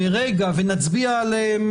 נקרא, אם